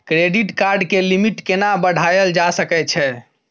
Credit card के limit केना बढायल जा सकै छै?